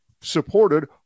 supported